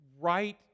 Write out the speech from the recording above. right